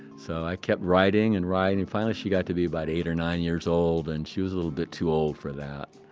so, i kept writing and writing. and finally, she got to be about eight or nine years old, and she was a little bit too old for that.